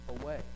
away